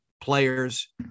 players